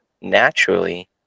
naturally